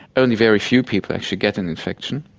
only very few people actually get an infection.